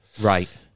Right